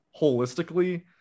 holistically